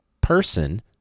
person